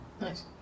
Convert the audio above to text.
Nice